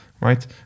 Right